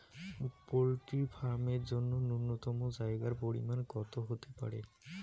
Poultry farm এর জন্য নূন্যতম জায়গার পরিমাপ কত হতে পারে?